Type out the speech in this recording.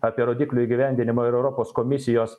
apie rodiklių įgyvendinimą ir europos komisijos